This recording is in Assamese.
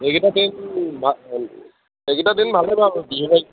এইকেইটা দিন এইকেইটা দিন ভালেই বাৰু বিহু